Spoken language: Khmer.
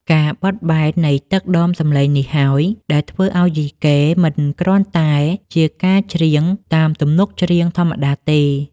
ការបត់បែននៃទឹកដមសំឡេងនេះហើយ ដែលធ្វើឱ្យយីកេមិនមែនគ្រាន់តែជាការច្រៀងតាមទំនុកច្រៀងធម្មតាទេ។